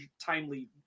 Timely